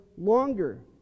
longer